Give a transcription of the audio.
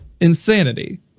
insanity